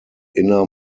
inner